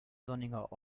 sonniger